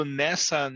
nessa